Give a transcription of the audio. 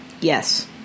Yes